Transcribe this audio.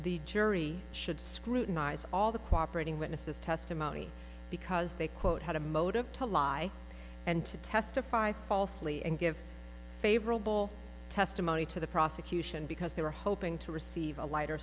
the jury should scrutinize all the cooperating witnesses testimony because they quote had a motive to lie and to testify falsely and give favorable testimony to the prosecution because they were hoping to receive a lighter